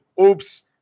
Oops